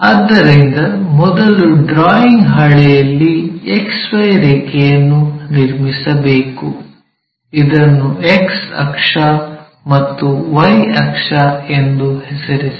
ಆದ್ದರಿಂದ ಮೊದಲು ಡ್ರಾಯಿಂಗ್ ಹಾಳೆಯಲ್ಲಿ XY ರೇಖೆಯನ್ನು ನಿರ್ಮಿಸಬೇಕು ಇದನ್ನು X ಅಕ್ಷ ಮತ್ತು Y ಅಕ್ಷ ಎಂದು ಹೆಸರಿಸಿ